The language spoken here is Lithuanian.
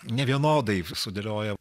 nevienodai sudėliojo